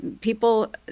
people